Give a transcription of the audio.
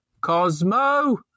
Cosmo